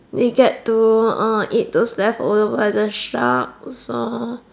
they get to uh eat those leftover by the sharks so